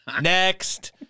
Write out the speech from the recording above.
next